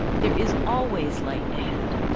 there is always light ahead,